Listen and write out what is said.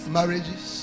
marriages